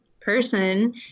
person